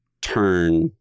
turn